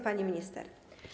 Pani Minister!